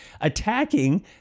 attacking